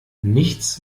nichts